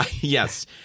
Yes